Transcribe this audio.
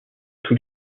tout